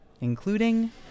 including